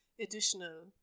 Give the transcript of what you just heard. additional